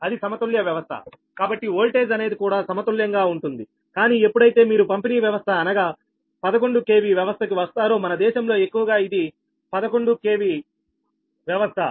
అది సమతుల్య వ్యవస్థ కాబట్టి ఓల్టేజ్ అనేది కూడా సమతుల్యంగా ఉంటుంది కానీ ఎప్పుడైతే మీరు పంపిణీ వ్యవస్థ అనగా 11 kv వ్యవస్థ కి వస్తారో మన దేశంలో ఎక్కువగా ఇది 11 kv వ్యవస్థ